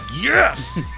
Yes